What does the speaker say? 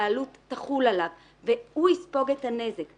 העלות תחול עליו והוא יספוג את הנזק.